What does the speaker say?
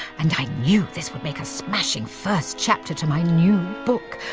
and i knew this would make a smashing first chapter to my new book,